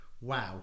wow